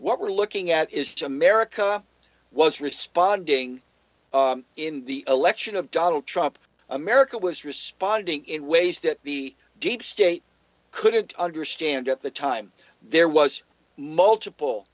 what we're looking at is to america was responding in the election of donald trump america was responding in ways that the deep state couldn't understand at the time there was multiple